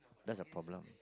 that's a problem